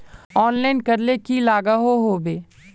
Online करले की लागोहो होबे?